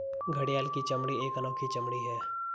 घड़ियाल की चमड़ी एक अनोखी चमड़ी है